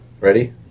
Ready